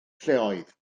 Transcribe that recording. lleoedd